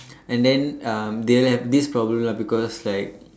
and then um they have this problem lah because like